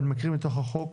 ואני מקריא מתוך החוק.